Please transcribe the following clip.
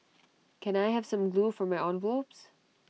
can I have some glue for my envelopes